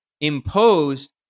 imposed